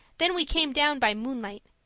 then we came down by moonlight,